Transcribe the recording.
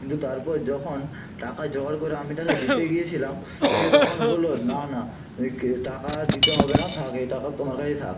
কিন্তু তারপর যখন টাকা জোগাড় করে আমি তাকে দিতে গিয়েছিলাম সে তখন বললো না না টাকা দিতে হবে না থাক এ টাকা তোমার কাছেই থাক